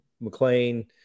McLean